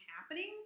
happening